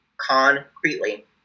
concretely